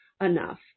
enough